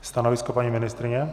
Stanovisko paní ministryně?